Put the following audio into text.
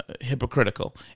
hypocritical